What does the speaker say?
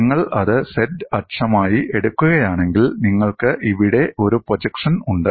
നിങ്ങൾ അത് z അക്ഷമായി എടുക്കുകയാണെങ്കിൽ നിങ്ങൾക്ക് ഇവിടെ ഒരു പ്രൊജക്ഷൻ ഉണ്ട്